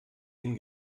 ihn